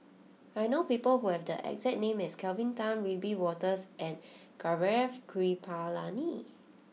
I know people who have the exact name as Kelvin Tan Wiebe Wolters and Gaurav Kripalani